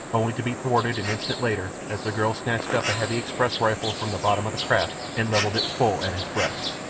only to be thwarted an instant later as the girl snatched up a heavy express rifle from the bottom of the craft and levelled it full at his breast.